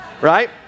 right